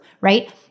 right